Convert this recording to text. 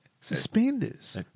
Suspenders